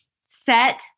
set